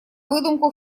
выдумку